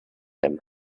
him